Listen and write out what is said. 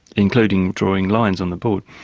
including drawing lines on the board.